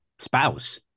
spouse